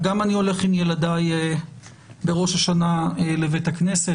גם אני הולך עם ילדיי בראש השנה לבית הכנסת,